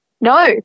No